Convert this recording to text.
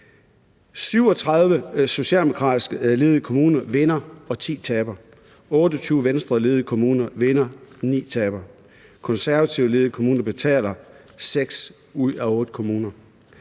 37 socialdemokratisk ledede kommuner vinder og 10 taber; 28 Venstreledede kommuner vinder og 9 taber; i konservativt ledede kommuner betaler seks ud af otte kommuner.